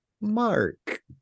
mark